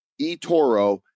eToro